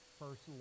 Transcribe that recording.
first